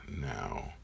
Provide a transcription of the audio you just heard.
now